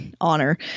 honor